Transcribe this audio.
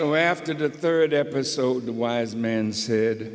so after the third episode the wise man said